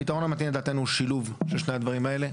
הפתרון המתאים לדעתנו הוא שילוב של שני הדברים האלה,